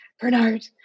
Bernard